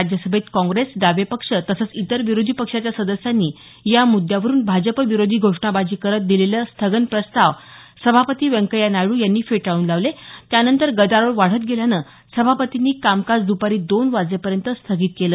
राज्यसभेत काँग्रेस डावे पक्ष तसंच इतर विरोधी पक्षाच्या सदस्यांनी या मुद्यावरुन भाजपविरोधी घोषणाबाजी करत दिलेले स्थगन प्रस्ताव सभापती व्यंकय्या नायडू यांनी फेटाळून लावले त्यानंतर गदारोळ वाढत गेल्यानं सभापतींनी कामकाज दपारी दोन वाजेपर्यंत स्थगित केलं